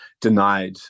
denied